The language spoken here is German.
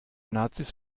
nazis